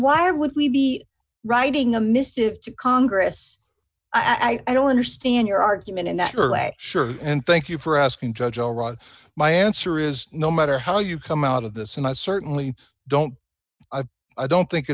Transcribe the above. why would we be writing a missive to congress i don't understand your argument in that sure and thank you for asking judge alright my answer is no matter how you come out of this and i certainly don't i don't think